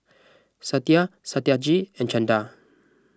Satya Satyajit and Chanda